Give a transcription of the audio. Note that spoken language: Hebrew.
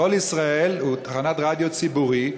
קול ישראל הוא תחנת רדיו ציבורי,